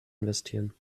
investieren